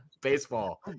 Baseball